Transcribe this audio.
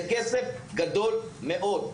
זה כסף גדול מאוד,